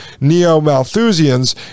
Neo-Malthusians